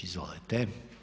Izvolite.